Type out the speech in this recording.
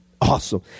awesome